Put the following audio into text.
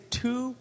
two